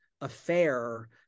affair